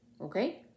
Okay